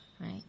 right